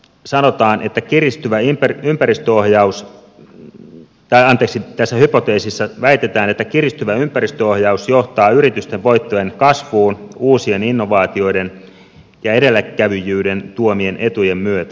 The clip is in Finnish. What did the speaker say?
sanotaan että kiristyvä ympäristöohjaus lääke sitten tässä hypoteesissä väitetään että kiristyvä ympäristöohjaus johtaa yritysten voittojen kasvuun uusien innovaatioiden ja edelläkävijyyden tuomien etujen myötä